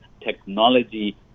technology